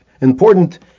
important